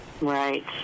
right